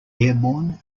airborne